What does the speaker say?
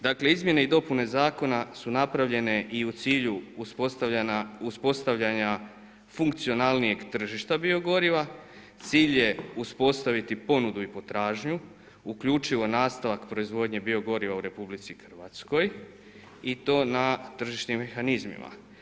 Dakle izmjene i dopune zakona su napravljene i u cilju uspostavljanja funkcionalnijeg tržišta bio goriva, cilj je uspostaviti ponudu i potražnju uključivo nastavak proizvodnje bio goriva u RH i to na tržišnim mehanizmima.